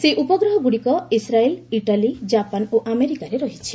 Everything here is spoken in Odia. ସେହି ଉପଗ୍ରହଗୁଡ଼ିକ ଇସ୍ରାଏଲ୍ ଇଟାଲି ଜାପାନ ଓ ଆମେରିକାର ରହିଛି